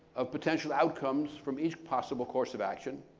of potential outcomes from each possible course of action,